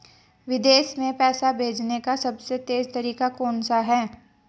विदेश में पैसा भेजने का सबसे तेज़ तरीका कौनसा है?